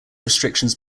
restrictions